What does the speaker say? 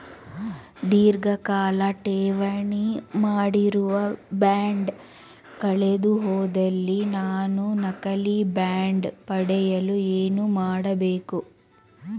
ಧೀರ್ಘಕಾಲ ಠೇವಣಿ ಮಾಡಿರುವ ಬಾಂಡ್ ಕಳೆದುಹೋದಲ್ಲಿ ನಾನು ನಕಲಿ ಬಾಂಡ್ ಪಡೆಯಲು ಏನು ಮಾಡಬೇಕು?